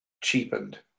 cheapened